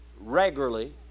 regularly